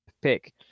pick